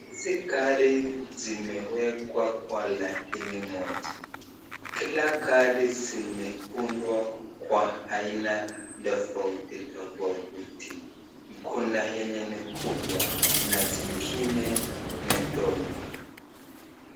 Hizi gari zimewekwa kwa laini moja. Kila gari zimeundwa kwa aina tofauti tofauti. Kuna yenye ni kubwa na zingine ni ndogo.